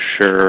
sure